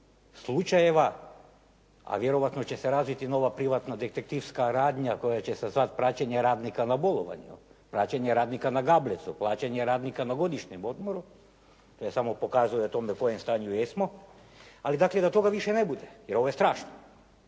takvih slučajeva. A vjerojatno će se razviti nova privatna detektivska radnja koja će se zvati Praćenje radnika na bolovanju, Praćenje radnika na gablecu, Praćenje radnika na godišnjem odmoru. Ja samo pokazujem u kojem stanju jesmo, ali dakle da toga više ne bude jer ovo je strašno.